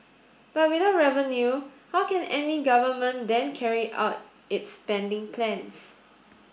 but without revenue how can any government then carry out its spending plans